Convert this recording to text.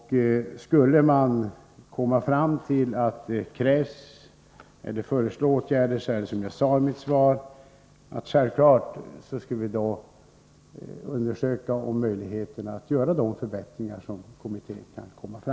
Skulle man komma fram till att det krävs åtgärder och föreslå sådana skall vi — som jag sade i mitt svar — självfallet undersöka möjligheten att åtstadkomma de förbättringarna.